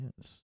Yes